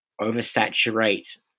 oversaturate